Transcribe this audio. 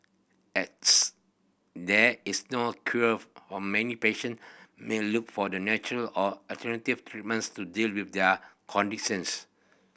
as there is no cure of many patient may look for the natural or alternative treatments to deal with their conditions